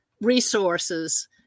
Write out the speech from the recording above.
resources